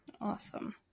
Awesome